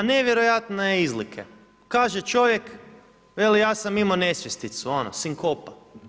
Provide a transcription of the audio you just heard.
Na nevjerojatne izlike, kaže čovjek, veli ja sam ima nesvjesticu, ono sinkopa.